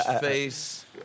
face